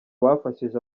bafashije